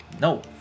no